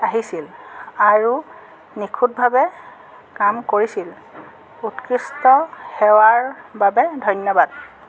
আহিছিল আৰু নিখুঁতভাৱে কাম কৰিছিল উৎকৃষ্ট সেৱাৰ বাবে ধন্যবাদ